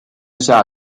辖下